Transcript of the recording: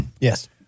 Yes